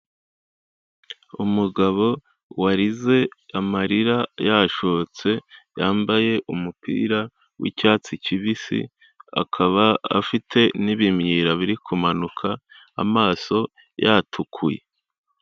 Umugabo warize amarira yashotse, yambaye umupira w'icyatsi kibisi, akaba afite n'ibimyira biri kumanuka amaso yatukuye.